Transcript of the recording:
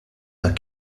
dans